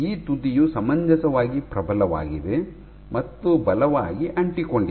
ಈ ತುದಿಯು ಸಮಂಜಸವಾಗಿ ಪ್ರಬಲವಾಗಿದೆ ಮತ್ತು ಬಲವಾಗಿ ಅಂಟಿಕೊಂಡಿದೆ